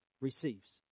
receives